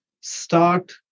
start